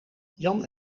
jan